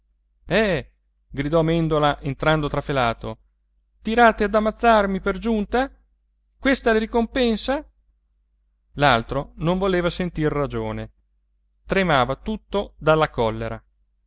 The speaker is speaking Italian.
subisso eh gridò mèndola entrando trafelato tirate ad ammazzarmi per giunta questa è la ricompensa l'altro non voleva sentir ragione tremava tutto dalla collera